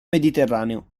mediterraneo